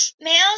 Males